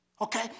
Okay